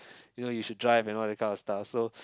you know you should drive you know that kind of stuff so